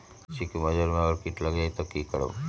लिचि क मजर म अगर किट लग जाई त की करब?